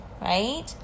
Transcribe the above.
right